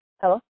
Hello